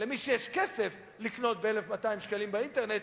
למי שיש כסף לקנות ב-1,200 שקלים באינטרנט,